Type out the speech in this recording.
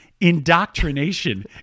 indoctrination